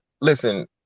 Listen